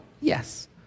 Yes